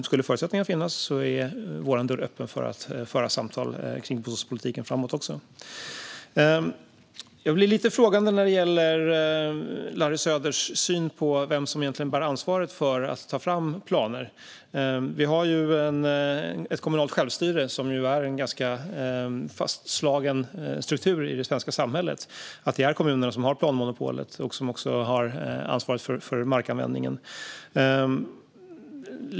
Men skulle förutsättningarna finnas är vår dörr öppen för att föra samtal kring bostadspolitiken framöver. Jag blir lite frågande när det gäller Larry Söders syn på vem som egentligen bär ansvaret för att ta fram planer. Vi har ju ett kommunalt självstyre. Det är en ganska fastslagen struktur i det svenska samhället att det är kommunerna som har planmonopolet och som också har ansvar för markanvändningen.